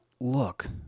look